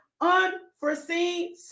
unforeseen